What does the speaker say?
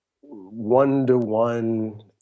one-to-one